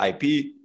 IP